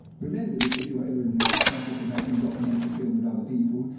remember this if you're ever in the process of making a documentary film with other people,